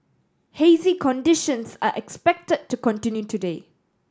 hazy conditions are expected to continue today